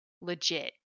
legit